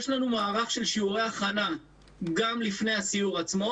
יש לנו מערך של שיעורי הכנה גם לפני הסיור עצמו,